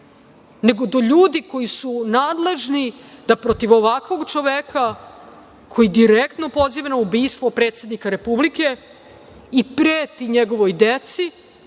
nego do ljudi koji su nadležni da protiv ovakvog čoveka, koji direktno poziva na ubistvo predsednika Republike i preti njegovoj deci,